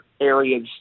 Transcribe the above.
areas